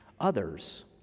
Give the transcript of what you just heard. others